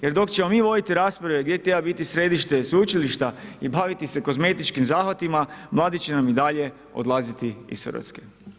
Jer dok ćemo mi voditi rasprave, gdje treba biti središte sveučilišta i baviti se kozmetičkim zahvatima, mladi će nam i dalje odlaziti iz Hrvatske.